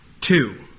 Two